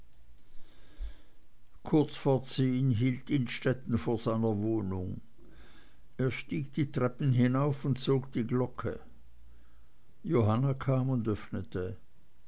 kurz vor zehn hielt innstetten vor seiner wohnung er stieg die treppen hinauf und zog die glocke johanna kam und